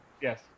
Yes